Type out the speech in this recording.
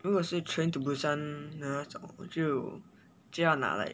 如果是 train to busan 的那种我就就要拿 like